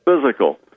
physical